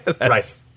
Right